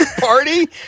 party